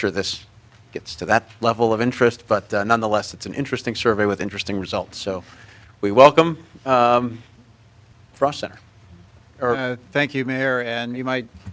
sure this gets to that level of interest but nonetheless it's an interesting survey with interesting results so we welcome russia or thank you mayor and you might